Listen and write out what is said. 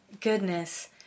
goodness